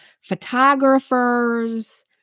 Photographers